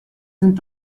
sind